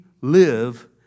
live